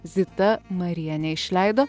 zita marienė išleido